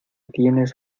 tienes